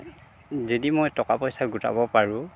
যদি মই টকা পইচা গোটাব পাৰোঁ